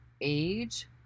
age